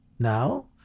now